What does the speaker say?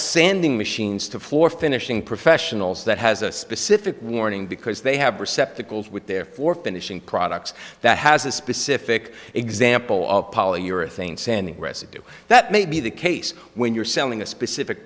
sanding machines to floor finishing professionals that has a specific warning because they have receptacles with their for finishing products that has a specific example of polyurethane sanding residue that may be the case when you're selling a specific